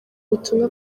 butumwa